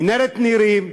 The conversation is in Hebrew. מנהרת נירים,